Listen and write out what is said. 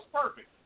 perfect